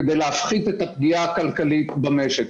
כדי להפחית את הפגיעה הכלכלית במשק,